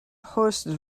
horse